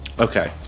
Okay